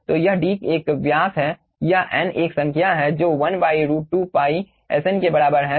तो यह d एक व्यास है यह n एक संख्या है जो 1 √2π Sn के बराबर है